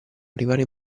arrivare